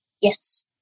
Yes